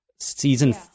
Season